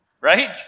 Right